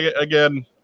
again